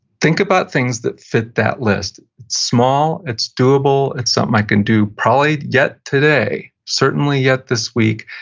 think about things that fit that list. it's small, it's doable, it's something i can do probably yet today, certainly yet this week,